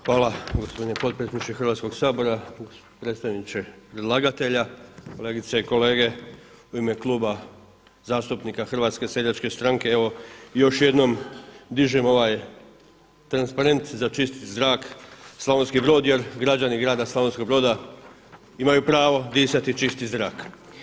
Hvala gospodine potpredsjedniče Hrvatskog sabora, predstavniče predlagatelja, Kolegice i kolege u ime Kluba zastupnika Hrvatske seljačke stranke evo još jednom dižem ovaj transparent za čist zrak Slavonski Brod jer građani grada Slavonskog Broda imaju pravo disati čisti zrak.